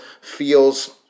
feels